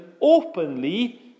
openly